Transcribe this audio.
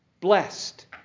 blessed